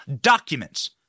documents